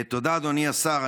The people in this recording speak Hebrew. תודה, אדוני השר.